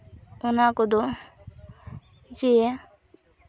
ᱚᱱᱟ ᱠᱚᱫᱚ ᱡᱮ